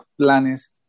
planes